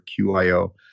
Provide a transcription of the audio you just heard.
QIO